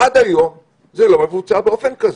עד היום זה לא מבוצע באופן כזה.